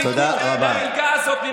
חילקו את המלגה הזאת,